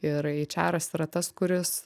ir eičeras yra tas kuris